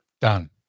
Done